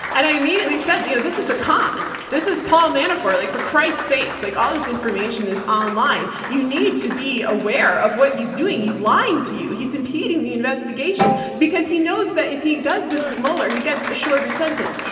and i immediately said, you know, this is a con, this is paul manafort. like for christ's sakes, like all this information is online. you need to be aware of what he's doing. he's lying to you. he's impeding the investigation because he knows that if he does this with mueller, he gets a shorter sentence.